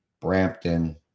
Brampton